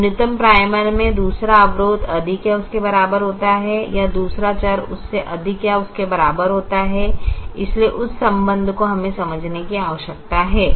न्यूनतम प्राइमल में दूसरा अवरोध अधिक या उसके बराबर होता है यहाँ दूसरा चर उससे अधिक या उसके बराबर होता है इसलिए उस संबंध को हमें समझने की आवश्यकता है